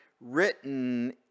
written